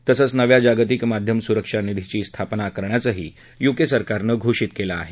तसंच नव्या जागतिक माध्यम सुरक्षा निधीची स्थापना करण्याचंही युके सरकारनं घोषित केलं आहे